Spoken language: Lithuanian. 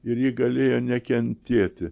ir ji galėjo nekentėti